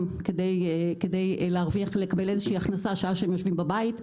כדי להרוויח ולקבל איזושהי הכנסה שעה שהם יושבים בבית.